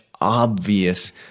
obvious